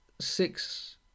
six